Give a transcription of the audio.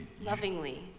Lovingly